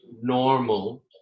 normal